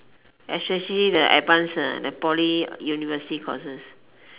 especially the advanced like poly university courses